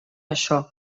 això